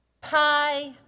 Pie